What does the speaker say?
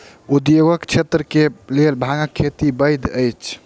उद्योगक क्षेत्र के लेल भांगक खेती वैध अछि